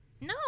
no